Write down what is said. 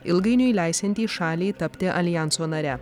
ilgainiui leisiantį šaliai tapti aljanso nare